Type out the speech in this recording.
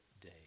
day